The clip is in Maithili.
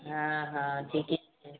हँ हँ ठिके छै